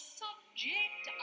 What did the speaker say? subject